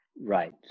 Right